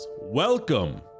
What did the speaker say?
welcome